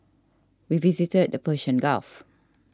we visited the Persian Gulf